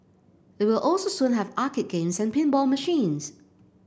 it will also soon have arcade games and pinball machines